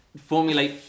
formulate